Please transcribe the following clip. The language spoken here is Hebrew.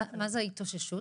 מה זה התאוששות?